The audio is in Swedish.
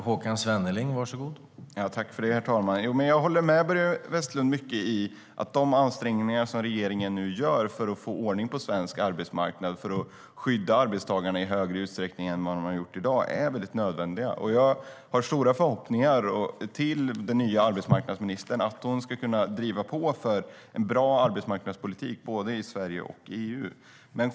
Herr talman! Jag håller med Börje Vestlund i att de ansträngningar som regeringen nu gör för att få ordning på svensk arbetsmarknad, för att skydda arbetstagarna i högre utsträckning än i dag, är nödvändiga. Jag har stora förhoppningar om att den nya arbetsmarknadsministern ska kunna driva på för en bra arbetsmarknadspolitik både i Sverige och i EU.